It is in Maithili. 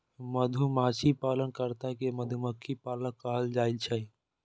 मधुमाछी पालन कर्ता कें मधुमक्खी पालक कहल जाइ छै